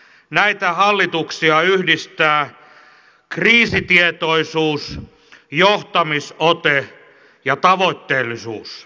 näitä hallituksia yhdistää kriisitietoisuus johtamisote ja tavoitteellisuus